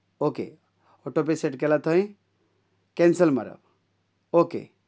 okay auto पे set केलां थंय कॅन्सल मारप ओके